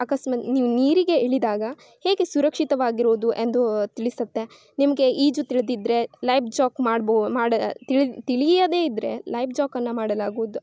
ಆಕಸ್ಮಾತ್ ನೀವು ನೀರಿಗೆ ಇಳಿದಾಗ ಹೇಗೆ ಸುರಕ್ಷಿತವಾಗಿರೋದು ಎಂದು ತಿಳಿಸುತ್ತೆ ನಿಮಗೆ ಈಜು ತಿಳಿದಿದ್ರೆ ಲೈಪ್ ಜಾಕ್ ಮಾಡ್ಬೋ ಮಾಡ ತಿಳಿ ತಿಳಿಯದೇ ಇದ್ದರೆ ಲೈಪ್ ಜಾಕನ್ನು ಮಾಡಲಾಗುವುದು